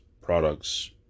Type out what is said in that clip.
products